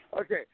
Okay